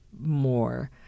more